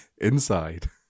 inside